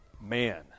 man